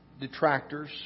detractors